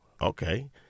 okay